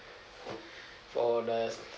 for the